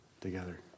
together